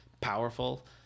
powerful